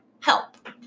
help